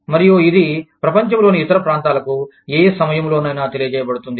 మరియు ఇది ప్రపంచంలోని ఇతర ప్రాంతాలకు ఏ సమయంలోనైనా తెలియజేయబడుతుంది